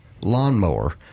lawnmower